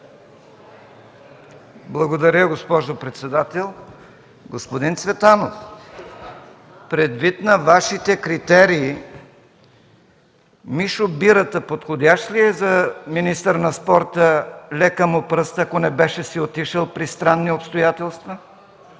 Благодаря, госпожо председател. Господин Цветанов, предвид на Вашите критерии Мишо Бирата подходящ ли е за министър на спорта, лека му пръст, ако не беше си отишъл при странни обстоятелства? БОЙКО